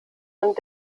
und